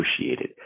negotiated